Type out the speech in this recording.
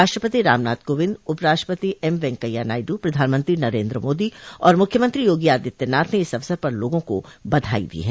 राष्ट्रपति रामनाथ कोविंद उपराष्ट्रपति एमवेकैया नायडू प्रधानमंत्री नरेन्द्र मोदी और मूख्यमंत्री योगी आदित्यनाथ ने इस अवसर पर लोगा को बधाई दी है